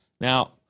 Now